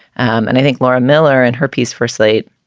and i think laura miller and her piece for slate,